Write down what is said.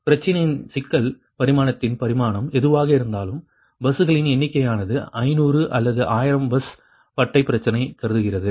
பிரச்சனையின் சிக்கல் பரிமாணத்தின் பரிமாணம் எதுவாக இருந்தாலும் பஸ்களின் எண்ணிக்கையானது 500 அல்லது 1000 பஸ் பட்டை பிரச்சனையை கருதுகிறது